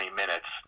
minutes